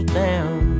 down